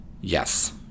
Yes